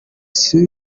sous